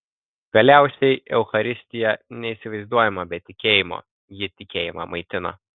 galiausiai eucharistija neįsivaizduojama be tikėjimo ji tikėjimą maitina